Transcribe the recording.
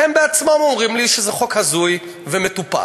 הם עצמם אומרים לי שזה חוק הזוי ומטופש.